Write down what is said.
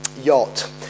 yacht